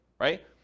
right